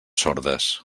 sordes